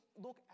look